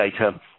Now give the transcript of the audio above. data